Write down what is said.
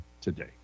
today